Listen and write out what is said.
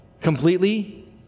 Completely